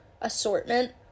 assortment